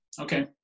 Okay